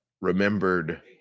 remembered